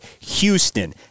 Houston